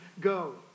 go